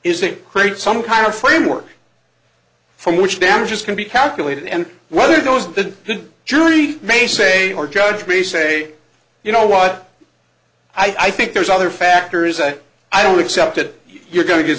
to create some kind of framework from which damages can be calculated and whether those the jury may say or judge me say you know what i think there's other factors say i don't accept it you're going to get